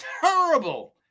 terrible